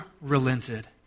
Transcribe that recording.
relented